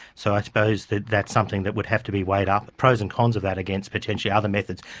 so i suppose that that's something that would have to be weighed up, the pros and cons of that against potentially other methods.